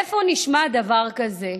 איפה נשמע דבר כזה?